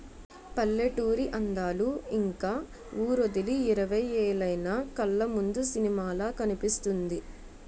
పల్లెటూరి అందాలు ఇంక వూరొదిలి ఇరవై ఏలైన కళ్లముందు సినిమాలా కనిపిస్తుంది